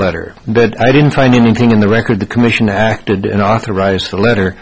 letter but i didn't find anything in the record the commission acted didn't authorize the letter